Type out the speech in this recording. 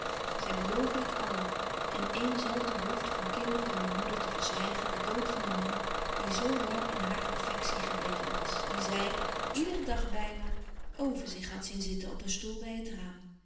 zij beloofden het allen in een zelfde behoefte van kinderen hunne moeder te verzwijgen den dood van den man die zoo lang in hare louis couperus van oude menschen de dingen die voorbij gaan affectie gebleven was dien zij iederen dag bijna over zich had zien zitten op een stoel bij het raam